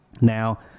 Now